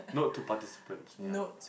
note to participants yeah